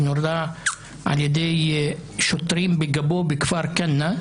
שנורה בגבו על ידי שוטרים בכפר כנא.